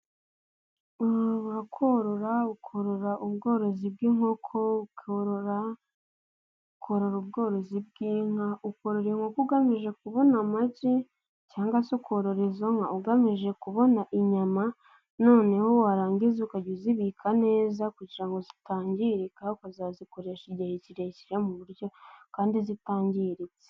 Korora ukorora ubworozi bw'inkoko, ukarora ukorora ukorora ubworozi bw'inka, ukorara inkoko ugamije kubona amagi cyangwa se ukorora izo nka ugamije kubona inyama, noneho warangiza ukajya uzibika neza kugira ngo zitangirika ukazazikoresha igihe kirekire mu buryo kandi zitangiritse.